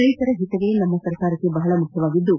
ರೈತರ ಹಿತವೇ ನಮ್ಮ ಸರ್ಕಾರಕ್ಕೆ ಬಹಳ ಮುಖ್ಯವಾಗಿದ್ದು